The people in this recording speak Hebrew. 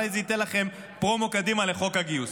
אולי זה ייתן לכם פרומו קדימה לחוק הגיוס.